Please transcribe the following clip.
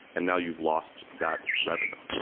and now you've lost that revenue.